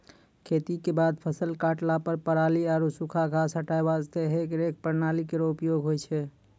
खेती क बाद फसल काटला पर पराली आरु सूखा घास हटाय वास्ते हेई रेक प्रणाली केरो उपयोग होय छै